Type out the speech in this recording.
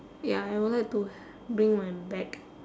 ya I would like to bring my bag